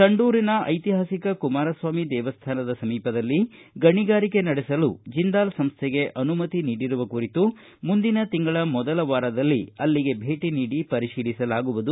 ಸಂಡೂರಿನ ಐತಿಹಾಸಿಕ ಕುಮಾರಸ್ವಾಮಿ ದೇವಸ್ವಾನ ಸಮೀಪದಲ್ಲಿ ಗಣಿಗಾರಿಕೆ ನಡೆಸಲು ಜಿಂದಾಲ್ ಸಂಸ್ಟೆಗೆ ಅನುಮತಿ ನೀಡಿರುವ ಕುರಿತು ಮುಂದಿನ ತಿಂಗಳ ಮೊದಲ ವಾರದಲ್ಲಿ ಭೇಟ ನೀಡಿ ಪರಿಶೀಲಿಸಲಾಗುವುದು